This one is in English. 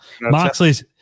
Moxley's